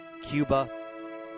Cuba